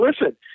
listen